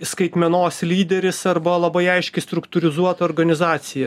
skaitmenos lyderis arba labai aiškiai struktūrizuota organizacija